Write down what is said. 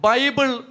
Bible